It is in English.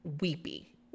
weepy